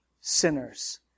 sinners